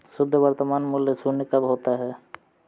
शुद्ध वर्तमान मूल्य शून्य कब होता है?